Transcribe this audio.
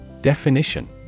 Definition